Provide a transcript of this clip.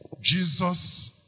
Jesus